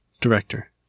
director